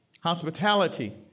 hospitality